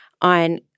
on –